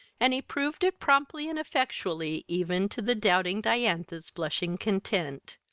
and he proved it promptly and effectually, even to the doubting diantha's blushing content.